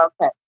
Okay